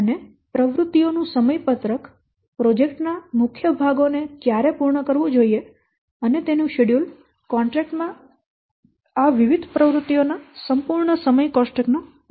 અને પ્રવૃત્તિઓનું સમયપત્રક પ્રોજેક્ટના મુખ્ય ભાગોને ક્યારે પૂર્ણ થવું જોઈએ અને તેનું શેડ્યૂલ કોન્ટ્રેક્ટ માં આ વિવિધ પ્રવૃત્તિઓ ના સંપૂર્ણ સમય કોષ્ટક નો ઉલ્લેખ કરવો જોઈએ